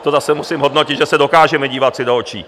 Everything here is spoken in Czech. To zase musím hodnotit, že se dokážeme dívat do očí.